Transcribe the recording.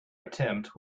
attempt